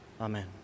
Amen